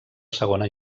segona